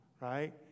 right